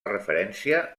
referència